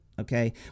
okay